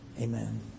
Amen